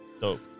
Dope